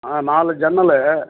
ஆ நாலு ஜன்னல்